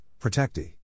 protectee